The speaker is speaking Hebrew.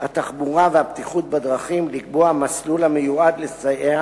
התחבורה והבטיחות בדרכים לקבוע מסלול המיועד לסייע